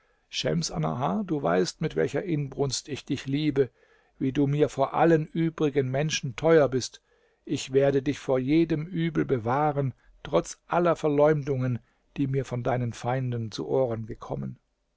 schems annahar du weißt mit welcher inbrunst ich dich liebe wie du mir vor allen übrigen menschen teuer bist ich werde dich vor jedem übel bewahren trotz aller verleumdungen die mir von deinen feinden zu ohren gekommen